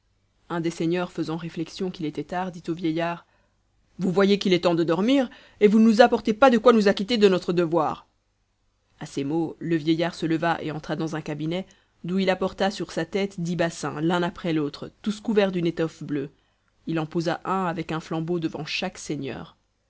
un des seigneurs faisant réflexion qu'il était tard dit au vieillard vous voyez qu'il est temps de dormir et vous ne nous apportez pas de quoi nous acquitter de notre devoir à ces mots le vieillard se leva et entra dans un cabinet d'où il apporta sur sa tête dix bassins l'un après l'autre tous couverts d'une étoffe bleue il en posa un avec un flambeau devant chaque seigneur